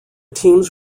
teams